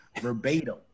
verbatim